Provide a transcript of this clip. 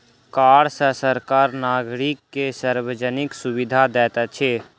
कर सॅ सरकार नागरिक के सार्वजानिक सुविधा दैत अछि